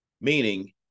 Meaning